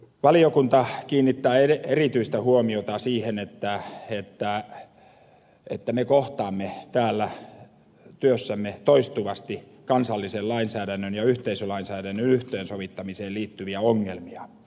valiokunta kiinnittää erityistä huomiota siihen että me kohtaamme täällä työssämme toistuvasti kansallisen lainsäädännön ja yhteisölainsäädännön yhteensovittamiseen liittyviä ongelmia